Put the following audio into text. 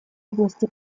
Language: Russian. области